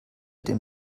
dem